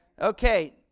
Okay